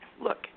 look